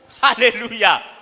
Hallelujah